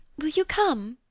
will you come?